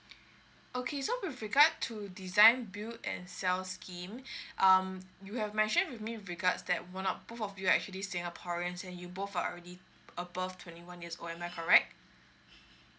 okay so with regard to design build and sell scheme um you have mention with me regards that one up both of you are actually singaporeans and you both are already above twenty one years old am I correct